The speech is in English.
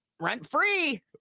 Rent-free